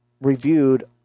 reviewed